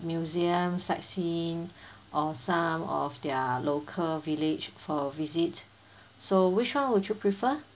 museum sightseeing or some of their local village for a visit so which [one] would you prefer